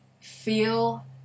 feel